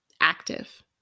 active